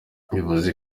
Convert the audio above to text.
bivuze